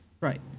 Right